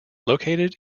located